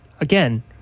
again